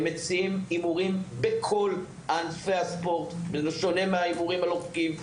הם מציעים הימורים בכל ענפי הספורט בשונה מההימורים הלא חוקיים.